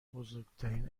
بزرگترین